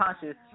Conscious